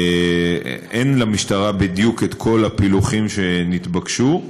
אין למשטרה בדיוק כל הפילוחים שנתבקשו.